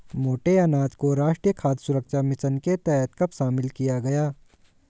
मोटे अनाज को राष्ट्रीय खाद्य सुरक्षा मिशन के तहत कब शामिल किया गया?